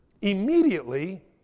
immediately